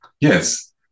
yes